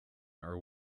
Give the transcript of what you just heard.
are